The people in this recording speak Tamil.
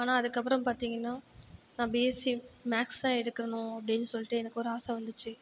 ஆனால் அதுக்கபுறம் பார்த்தீங்கன்னா நான் பிஎஸ்சி மேத்ஸ் தான் எடுக்கனும் அப்படின்னு சொல்லிகிட்டு எனக்கு ஒரு ஆசை வந்துச்சு